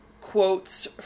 quotes